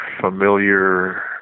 familiar